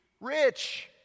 rich